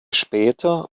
später